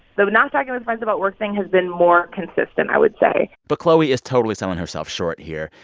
the not talking with friends about work thing has been more consistent, i would say but chloe is totally selling herself short here.